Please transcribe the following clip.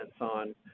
on